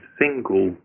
single